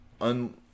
un